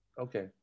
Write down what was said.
Okay